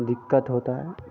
दिक़्क़त होती है